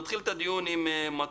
נתחיל את הדיון עם מצגת